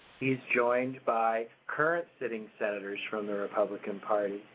he's joined by current sitting senators from the republican party,